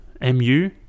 mu